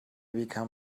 become